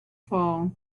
fall